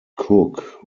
cook